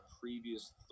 previous